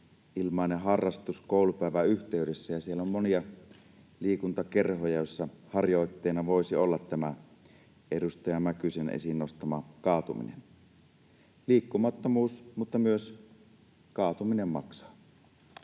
ilmainen harrastus koulupäivän yhteydessä. Siellä on monia liikuntakerhoja, joissa harjoitteena voisi olla tämä edustaja Mäkysen esiin nostama kaatuminen. Liikkumattomuus, mutta myös kaatuminen, maksaa.